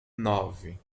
nove